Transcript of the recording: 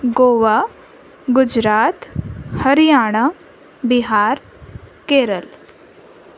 Goa Gujarat Haryana Bihar Kerala